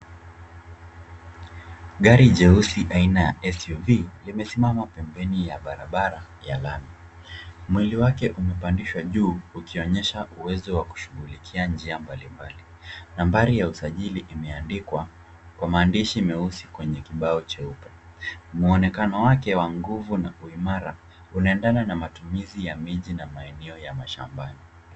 Gari jeusi aina ya SUV limesimama pembeni ya barabara ya lami. Mwili wake umepandishwa juu ukionyesha uwezo wa kushughulika njia mbalimbali. Nambari ya usajili imeandikwa kwa maandishi meusi kwenye kibao cheupe. Mwonekano wake wa nguvu na uimara, unaendana na matumizi ya miji na maeneo ya mashambani.